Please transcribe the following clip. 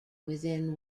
within